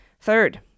Third